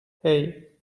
hey